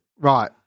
right